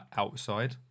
outside